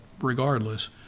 regardless